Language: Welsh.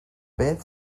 beth